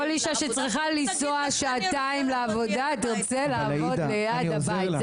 כל אישה שצריכה ליסוע שעתיים לעבודה תרצה לעבוד ליד הבית.